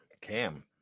Cam